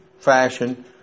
fashion